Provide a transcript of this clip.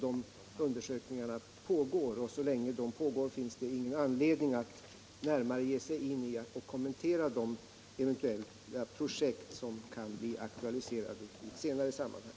De undersökningarna pågår, och så länge de gör det finns det ingen anledning att närmare kommentera de eventuella projekt som kan bli aktuella i senare sammanhang.